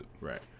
Right